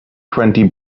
twenty